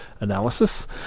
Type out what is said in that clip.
analysis